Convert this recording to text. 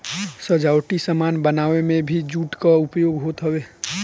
सजावटी सामान बनावे में भी जूट कअ उपयोग होत हवे